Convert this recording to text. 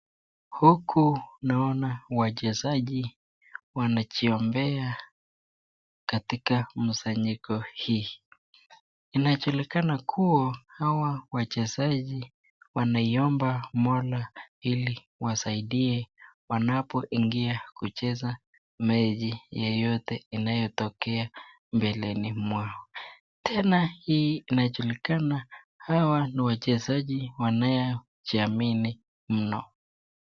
Huku naona wachezaji wanajiombea katika mkusanyiko hii, inajulikana kuwa hawa wachezaji wanaiomba Mola ili wasaidie wanapoingia kucheza mechi yoyote inayotokea mbele yao, tena hii inajulikana hawa ni wachezaji wanaojiamini mno.